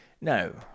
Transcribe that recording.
No